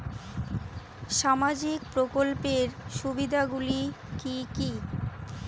সামাজিক প্রকল্পের সুবিধাগুলি কি কি?